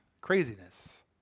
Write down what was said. craziness